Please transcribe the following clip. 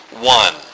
one